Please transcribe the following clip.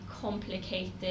complicated